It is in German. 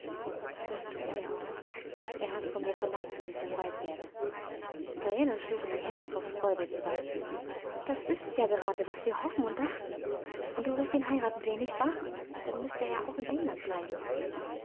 das thut er auch er hat von mir verlangt daß ich sein weib werde diana schlug die hände vor freude zusammen das ist's ja gerade was wir hofften und dachten und du wirst ihn heiraten jane nicht wahr dann müßte er ja auch in england bleiben